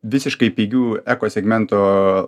visiškai pigių ekosegmento